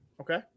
Okay